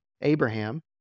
Abraham